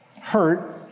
hurt